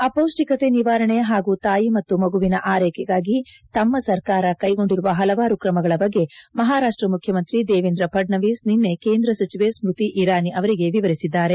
ಅಪೌಷ್ಟಿಕತೆ ನಿವಾರಣೆ ಹಾಗೂ ತಾಯಿ ಮತ್ತು ಮಗುವಿನ ಆರೈಕೆಗಾಗಿ ತಮ್ಮ ಸರ್ಕಾರ ಕೈಗೊಂಡಿರುವ ಹಲವಾರು ಕ್ರಮಗಳ ಬಗ್ಗೆ ಮಹಾರಾಷ್ಟ ಮುಖ್ಯಮಂತ್ರಿ ದೇವೇಂದ್ರ ಫಡ್ನವೀಸ್ ನಿನ್ನೆ ಕೇಂದ್ರಸಚಿವೆ ಸ್ಮತಿ ಇರಾನಿ ಅವರಿಗೆ ವಿವರಿಸಿದ್ದಾರೆ